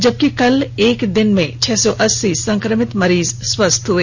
जबकि कल एक दिन में छह सौ अस्सी संक्रमित मरीज स्वस्थ भी हुए